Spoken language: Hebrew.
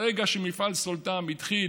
ברגע שמפעל סולתם התחיל